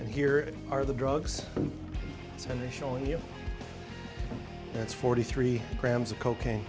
and here are the drugs and they're showing you that's forty three grams of cocaine